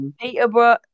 Peterborough